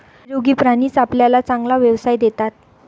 निरोगी प्राणीच आपल्याला चांगला व्यवसाय देतात